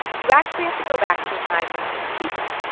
you actually have to go back to a time when they were cheaper,